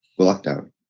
lockdown